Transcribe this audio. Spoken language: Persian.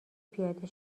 پیاده